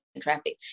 traffic